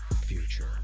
future